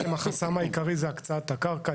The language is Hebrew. החסם העיקרי כאן זה הקצאת הקרקע.